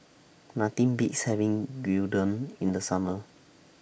Nothing Beats having Gyudon in The Summer